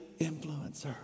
influencer